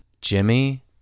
Jimmy